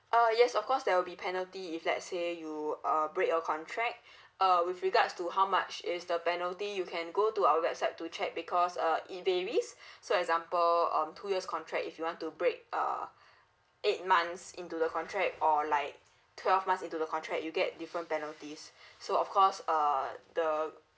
uh yes of course there will be penalty if let's say you uh break your contract uh with regards to how much is the penalty you can go to our website to check because uh if there is so example um two years contract if you want to break uh eight months into the contract or like twelve months into the contract you get different penalties so of course uh the